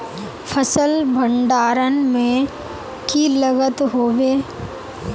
फसल भण्डारण में की लगत होबे?